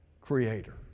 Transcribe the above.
Creator